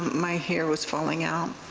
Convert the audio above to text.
my hair was falling out.